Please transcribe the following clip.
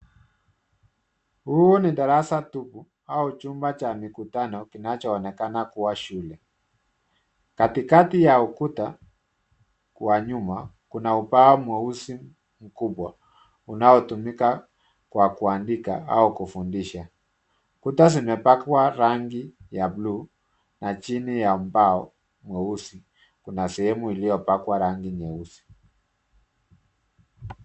Huu ni darasa tupu au chumba cha mikutano kinachoonekana kuwa shule. Katikati ya ukuta kwa nyuma, kuna ubao mweusi mkubwa. Unaotumika kwa kuandika au kufundisha. Kuta zimepakwa rangi ya bluu, na chini ya ubao mweusi, kuna sehemu iliyopakwa rangi nyeusi.